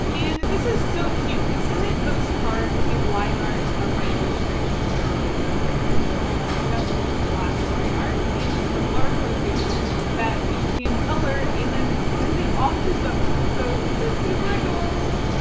and this is so cute. this is a postcard with the line art of my illustration of the ants on it. so it's just the black line art and this is a watercolor paper that you can color and then send it off to someone. so this is super adorable.